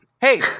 Hey